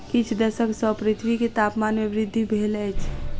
किछ दशक सॅ पृथ्वी के तापमान में वृद्धि भेल अछि